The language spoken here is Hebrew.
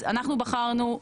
אז אנחנו בחרנו,